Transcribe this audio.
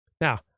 Now